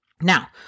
Now